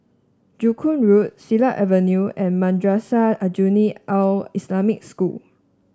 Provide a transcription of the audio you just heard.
Joo Koon Road Siglap Avenue and Madrasah Aljunied Al Islamic School